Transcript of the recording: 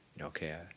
okay